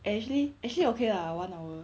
eh actually actually okay lah one hour